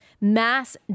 mass